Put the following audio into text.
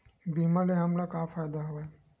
बीमा ले हमला का फ़ायदा हवय?